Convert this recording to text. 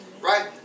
right